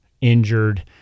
injured